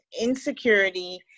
insecurity